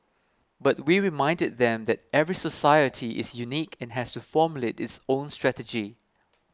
but we reminded them that every society is unique and has to formulate its own strategy